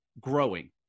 growing